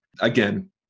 again